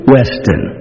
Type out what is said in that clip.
Weston